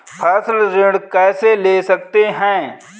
फसल ऋण कैसे ले सकते हैं?